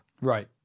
Right